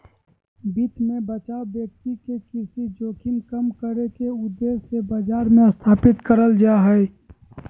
वित्त मे बचाव व्यक्ति के ऋण जोखिम कम करे के उद्देश्य से बाजार मे स्थापित करल जा हय